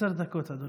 עשר דקות, אדוני.